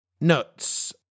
Nuts